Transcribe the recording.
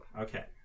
Okay